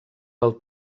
del